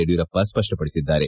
Yediyurappa ಸ್ಪಷ್ಪಡಿಸಿದ್ದಾರೆ